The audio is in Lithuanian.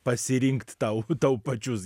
pasirinkt tau tau pačius